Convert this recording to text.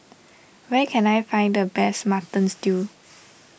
where can I find the best Mutton Stew